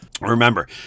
Remember